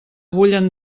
bullen